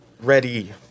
ready